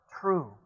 true